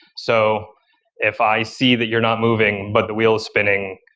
so if i see that you're not moving, but the wheel is spinning,